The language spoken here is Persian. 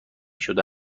شده